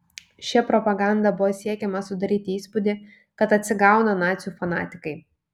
šia propaganda buvo siekiama sudaryti įspūdį kad atsigauna nacių fanatikai